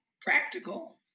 Practical